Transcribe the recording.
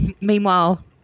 meanwhile